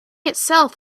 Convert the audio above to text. itself